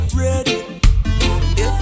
ready